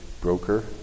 broker